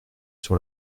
sur